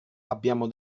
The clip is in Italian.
abbiamo